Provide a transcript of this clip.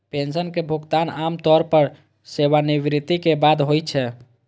pension के भुगतान आम तौर पर सेवानिवृत्ति के बाद होइ छै